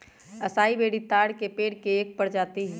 असाई बेरी ताड़ के पेड़ के एक प्रजाति हई